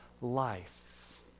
life